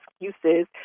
excuses